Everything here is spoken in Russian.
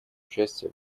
участие